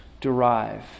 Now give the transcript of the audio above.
derive